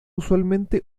usualmente